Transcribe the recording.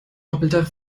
doppelter